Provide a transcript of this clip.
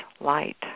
light